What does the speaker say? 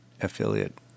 affiliate